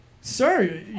sir